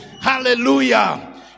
hallelujah